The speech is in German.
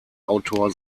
autor